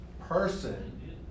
person